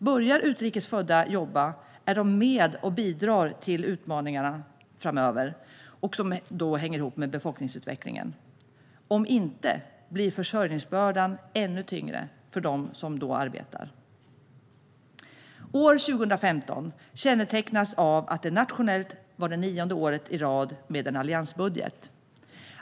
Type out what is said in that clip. Börjar utrikes födda jobba är de med och bidrar till att klara de utmaningar som hänger ihop med befolkningsutvecklingen. Om inte blir försörjningsbördan ännu tyngre för dem som då arbetar. År 2015 kännetecknas av att det nationellt var det nionde året i rad med en alliansbudget.